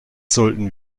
sollten